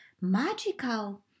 magical